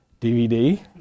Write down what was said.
DVD